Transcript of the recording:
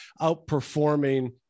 outperforming